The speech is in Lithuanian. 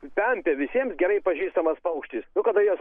pempė visiem gerai pažįstamas paukštis kada jos